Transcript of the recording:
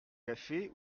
café